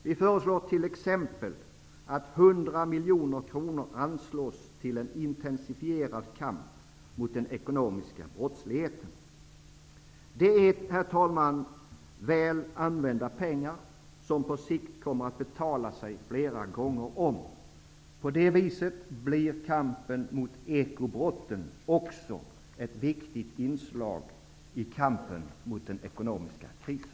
Vi föreslår t.ex. att 100 miljoner kronor anslås till en intensifierad kamp mot den ekonomiska brottsligheten. Det är, herr talman, väl använda pengar som på sikt kommer att betala sig flera gånger. På det viset blir kampen mot ekobrotten också ett viktigt inslag i kampen mot den ekonomiska krisen.